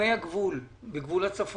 יישובי גבול הצפון,